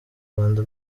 rwanda